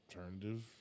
alternative